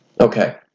Okay